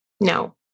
no